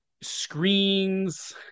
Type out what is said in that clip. screens